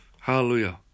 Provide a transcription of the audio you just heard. Hallelujah